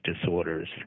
disorders